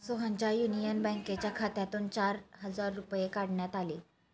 सोहनच्या युनियन बँकेच्या खात्यातून चार हजार रुपये काढण्यात आले